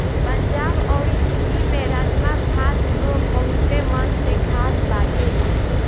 पंजाब अउरी दिल्ली में राजमा भात लोग बहुते मन से खात बाटे